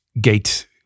gate